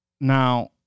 Now